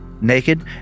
Naked